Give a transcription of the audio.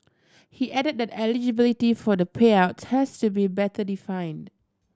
he added that eligibility for the payouts has to be better defined